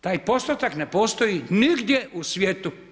Taj postotak ne postoji nigdje u svijetu.